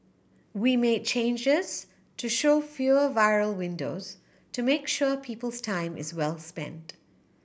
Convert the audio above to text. we made changes to show fewer viral videos to make sure people's time is well spent